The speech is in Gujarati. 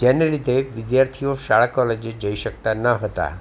જેને લીધે વિદ્યાર્થીઓ શાળા કોલેજે જઈ શકતા ન હતા